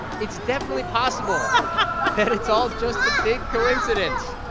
it's definitely possible that it's all just a big coincidence.